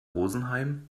rosenheim